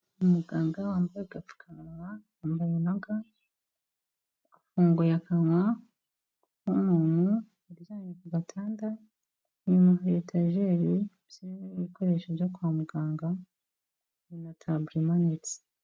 Umuganga wambaye agapfukamunwa yambaye na ga, afunguye akanwa k'umuntu uryamye ku gatanda inyuma ya etageri zirimo ibikoresho byo kwa muganga na taburo imanitse.